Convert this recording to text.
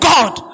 God